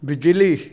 बिजली